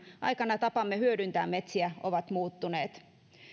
aikana tapamme hyödyntää metsiä ovat muuttuneet